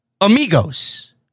amigos